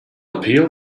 appeal